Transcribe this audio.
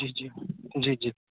જી જી જી જી